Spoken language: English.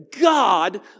God